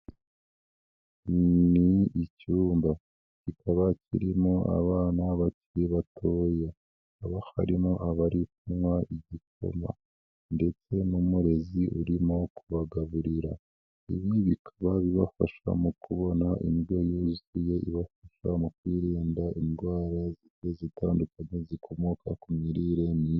Ni icyumba kikaba kirimo abana bakiri batoya hakaba harimo abari kunywa igikoma ndetse n'umurezi urimo kubagaburira, ibi bikaba bibafasha mu kubona indyo yuzuye ibafasha mu kwirinda indwara zigiye zitandukanye zikomoka ku mirire mibi.